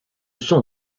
sont